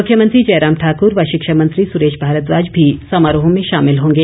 मुख्यमंत्री जयराम ठाकर व शिक्षामंत्री सुरेश भारद्वाज भी समारोह में शामिल होंगे